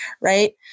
right